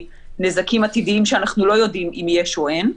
מנזקים עתידיים שאנחנו לא יודעים אם יש או אין,